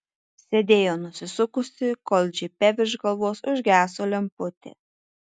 sėdėjo nusisukusi kol džipe virš galvos užgeso lemputė